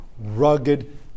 rugged